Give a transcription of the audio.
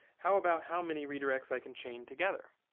how about how many redirects i can chain together?